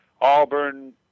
Auburn